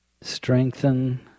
Strengthen